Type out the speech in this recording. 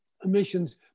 emissions